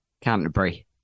Canterbury